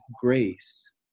grace